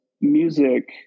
music